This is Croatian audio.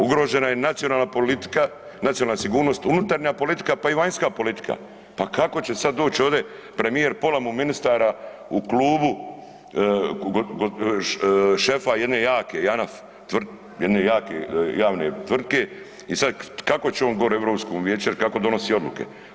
Ugrožena je nacionalna politika, nacionalna sigurnost, unutarnja politika pa i vanjska politika, pa kako će sad doći ovdje premijer pola mu ministara u klubu šefa jedne jake JANAF, jedne jake javne tvrtke i sad kako će on gore u Europsko vijeće jer kako donosi odluke.